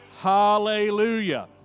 Hallelujah